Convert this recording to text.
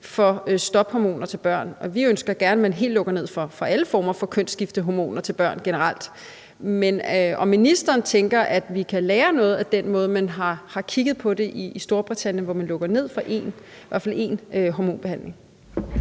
for stophormoner til børn. Vi så gerne, at man lukkede helt ned for alle former for kønsskiftehormoner til børn generelt. Men tænker ministeren, at vi kan lære noget af den måde, man har kigget på det i Storbritannien på, hvor man lukker ned for i hvert fald én hormonbehandling?